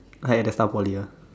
uh at the start of Poly ah